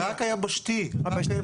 רק היבשתי, רק היבשתי.